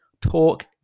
talk